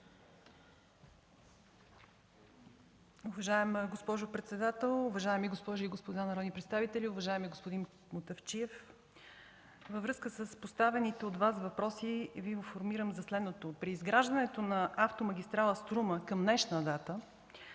Уважаема госпожо председател, уважаеми госпожи и господа народни представители, уважаеми господин Мутафчиев! Във връзка с поставения от Вас въпрос да информирам за следното. При изграждането на автомагистрала „Струма” към днешна дата